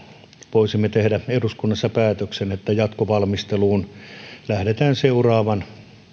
voisimme tehdä eduskunnassa päätöksen että jatkovalmisteluun lähdetään seuraavan